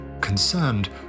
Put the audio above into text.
Concerned